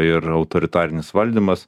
ir autoritarinis valdymas